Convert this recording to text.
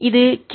இது Q